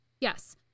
yes